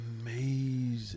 Amazing